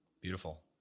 Beautiful